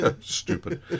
Stupid